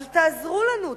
אבל תעזרו לנו,